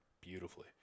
beautifully